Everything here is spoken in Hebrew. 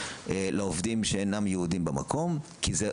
לעובדים שאינם יהודים במקום כי זה,